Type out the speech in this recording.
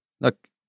Look